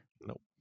Nope